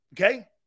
Okay